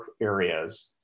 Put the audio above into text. areas